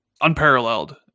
unparalleled